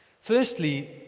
firstly